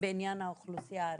באוכלוסייה הערבית.